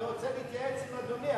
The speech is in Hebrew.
אני רוצה להתייעץ עם אדוני.